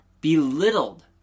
belittled